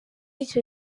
icyo